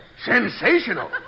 Sensational